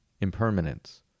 Impermanence